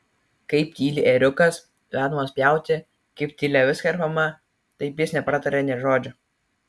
kaip tyli ėriukas vedamas pjauti kaip tyli avis kerpama taip jis nepratarė nė žodžio